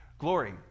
glory